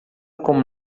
como